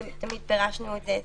תמיד פירשנו את זה כך.